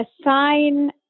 assign